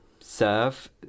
serve